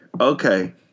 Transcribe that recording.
Okay